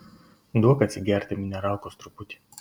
duok atsigerti mineralkos truputį